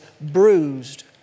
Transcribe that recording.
bruised